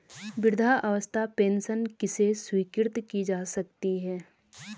वृद्धावस्था पेंशन किसे स्वीकृत की जा सकती है?